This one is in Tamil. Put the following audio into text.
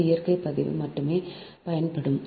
இந்த இயற்கை பதிவு மட்டுமே பயன்படும்